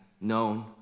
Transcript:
known